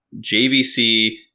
JVC